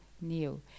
new